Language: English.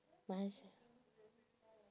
must